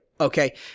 Okay